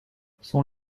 son